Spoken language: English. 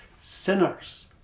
sinners